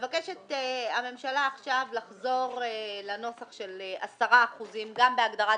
עכשיו מבקשת הממשלה לחזור לנוסח של 10% גם בהגדרת